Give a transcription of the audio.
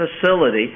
facility